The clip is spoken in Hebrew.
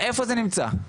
איפה זה נמצא?